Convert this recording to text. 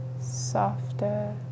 softer